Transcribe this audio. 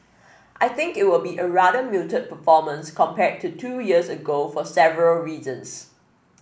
I think it will be a rather muted performance compared to two years ago for several reasons